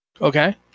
Okay